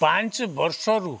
ପାଞ୍ଚ ବର୍ଷରୁ